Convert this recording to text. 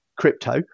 crypto